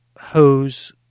hose